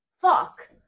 Fuck